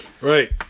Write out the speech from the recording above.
Right